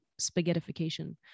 spaghettification